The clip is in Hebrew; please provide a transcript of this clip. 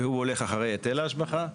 והוא הולך אחרי היטל ההשבחה.